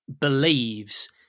believes